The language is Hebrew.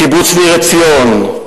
קיבוץ ניר-עציון,